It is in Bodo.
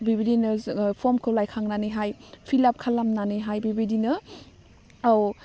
बेबायदिनो जोङो फर्मखौ लायखांनानैहाय फिलाब खालामनानैहाय बेबायदिनो औ